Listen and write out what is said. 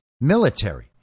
military